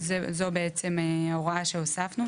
זה מה שאנחנו מציעים להוסיף עכשיו.